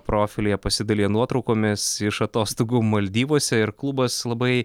profilyje pasidalijo nuotraukomis iš atostogų maldyvuose ir klubas labai